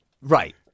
right